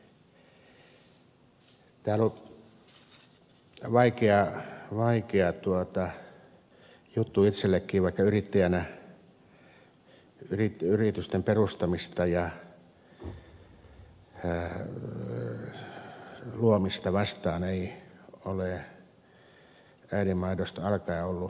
tämä on ollut vaikea juttu itsellekin vaikka yrittäjänä yritysten perustamista ja luomista kohtaan ei ole äidinmaidosta alkaen ollut pienintäkään vastustamista